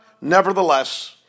nevertheless